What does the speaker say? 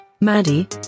Maddie